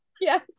yes